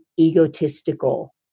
egotistical